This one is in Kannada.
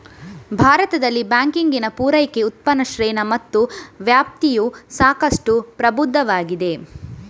ಭಾರತದಲ್ಲಿ ಬ್ಯಾಂಕಿಂಗಿನ ಪೂರೈಕೆ, ಉತ್ಪನ್ನ ಶ್ರೇಣಿ ಮತ್ತು ವ್ಯಾಪ್ತಿಯು ಸಾಕಷ್ಟು ಪ್ರಬುದ್ಧವಾಗಿದೆ